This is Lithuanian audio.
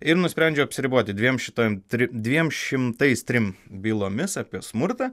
ir nusprendžiau apsiriboti dviem šitom trim dviem šimtais trim bylomis apie smurtą